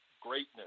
greatness